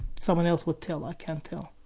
someone else will tell, i can't tell.